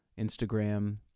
Instagram